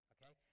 Okay